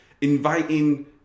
inviting